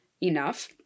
enough